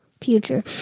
Future